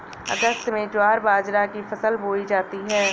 अगस्त में ज्वार बाजरा की फसल बोई जाती हैं